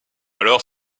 alors